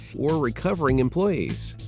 or recovering employees.